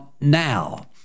now